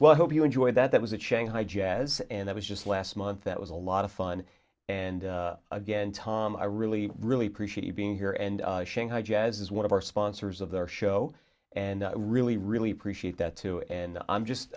well i hope you enjoyed that that was a chang hi jazz and that was just last month that was a lot of fun and again tom i really really appreciate you being here and shanghai jazz is one of our sponsors of their show and i really really appreciate that too and i'm just